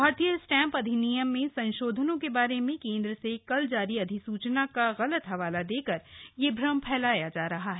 भारतीय स्टैम्प अधिनियम में संशोंधनों के बारे में केन्द्र से कल जारी अधिसूचना का गलत हवाला देकर यह भ्रम फैलाया जा रहा था